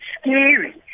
scary